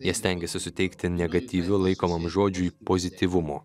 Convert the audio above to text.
jie stengiasi suteikti negatyviu laikomam žodžiui pozityvumo